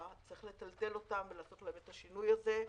צריך לטלטל אותם ולעשות להם את השינוי הזה.